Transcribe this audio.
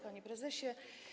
Panie Prezesie!